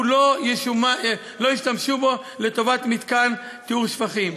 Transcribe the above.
לא ישתמשו בו לטובת מתקן טיהור שפכים.